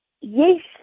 yes